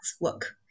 work